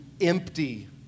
empty